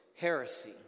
heresy